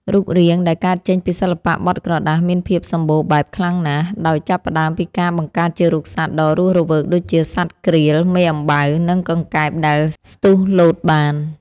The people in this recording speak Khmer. រូបរាងដែលកើតចេញពីសិល្បៈបត់ក្រដាសមានភាពសម្បូរបែបខ្លាំងណាស់ ដោយចាប់ផ្ដើមពីការបង្កើតជារូបសត្វដ៏រស់រវើកដូចជា សត្វក្រៀល មេអំបៅ និងកង្កែបដែលស្ទុះលោតបាន។